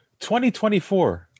2024